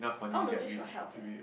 I want to wish for health eh